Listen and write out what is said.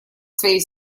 своей